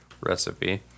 recipe